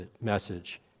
message